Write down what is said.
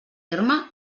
terme